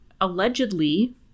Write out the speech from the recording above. allegedly